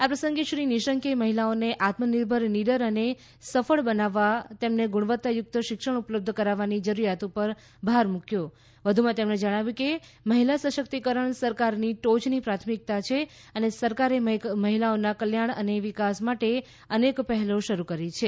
આ પ્રસંગે શ્રી નિશંકે મહિમાઓને આત્મનિર્ભર નિડર અને સફળ બનાવવા તેમને ગુણવત્તા યુક્ત શિક્ષણ ઉપલબ્ધ કરાવવાની જરૂરિયાત પર ભાર મુક્વો તેમણે કહ્યું કે મહિલા સશક્તિકરણ સરકારની ટોચની પ્રાથમિકતા છે અને સરકારે મહિલાઓના કલ્યાણ અને વિકાસ માટે અનેક પહેલો શરૂ કરી છે